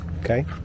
Okay